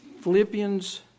Philippians